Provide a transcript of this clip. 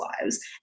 lives